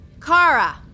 Kara